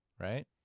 Right